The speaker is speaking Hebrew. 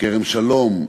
כרם-שלום,